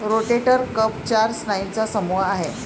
rotator cuff चार स्नायूंचा समूह आहे